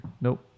Nope